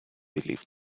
believed